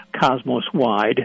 cosmos-wide